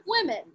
women